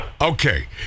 Okay